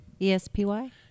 E-S-P-Y